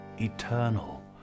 eternal